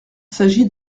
s’agit